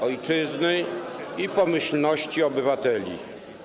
Ojczyzny i pomyślności obywateli˝